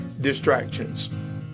distractions